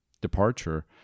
departure